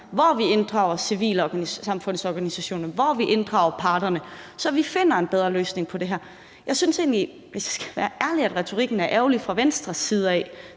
hvor vi inddrager civilsamfundsorganisationer, og hvor vi inddrager parterne, så vi finder en bedre løsning på det her? Hvis jeg skal være ærlig, synes jeg egentlig, at retorikken fra Venstres side er